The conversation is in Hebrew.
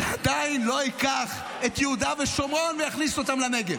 זה עדיין לא ייקח את יהודה ושומרון ויכניס אותם לנגב.